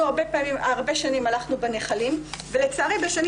אנחנו הרבה שנים הלכנו בנחלים ולצערי בשנים